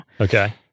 Okay